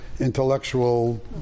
intellectual